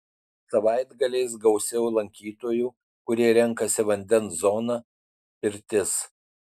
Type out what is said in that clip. savaitgaliais gausiau lankytojų kurie renkasi vandens zoną pirtis